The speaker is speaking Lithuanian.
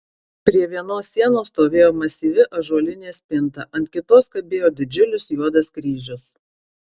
prie vienos sienos stovėjo masyvi ąžuolinė spinta ant kitos kabėjo didžiulis juodas kryžius